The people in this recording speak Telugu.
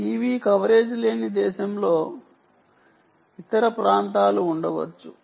టీవీ కవరేజ్ లేని దేశంలో టీవీ కవరేజ్ లేని ఇతర ప్రాంతాలు ఉండవచ్చు